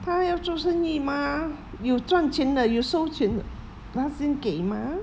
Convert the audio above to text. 它要做生意 mah 有赚钱的有收钱的它先给 mah